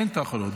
אין תחרות.